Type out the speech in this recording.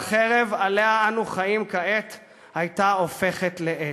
והחרב שעליה אנו חיים כעת הייתה הופכת לאת.